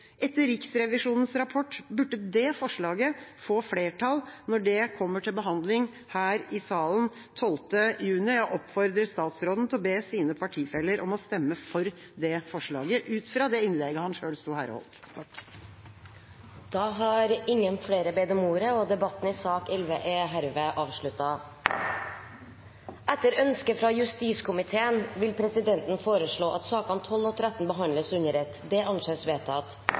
Etter Riksrevisjonens rapport burde det forslaget få flertall når det kommer til behandling her i salen 12. juni. Jeg oppfordrer statsråden til å be sine partifeller om å stemme for det forslaget, ut fra det innlegget han selv sto her og holdt. Flere har ikke bedt om ordet til sak nr. 11. Etter ønske fra justiskomiteen vil presidenten foreslå at sakene nr. 12 og 13 behandles under ett. – Det anses vedtatt.